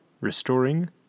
restoring